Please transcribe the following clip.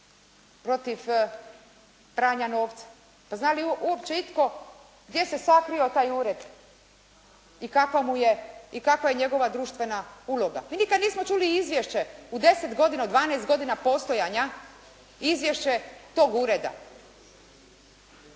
protiv pranja novca. Pa zna li uopće itko gdje se sakrio taj ured i kakva je njegova društvena uloga? Mi nikada nismo čuli izvješće u deset godina, u dvanaest godina postojanja, izvješće tog ureda.